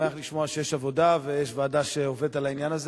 אני שמח לשמוע שיש עבודה ושיש ועדה שעובדת על העניין הזה,